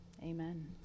amen